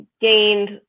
gained